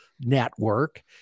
network